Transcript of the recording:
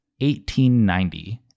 1890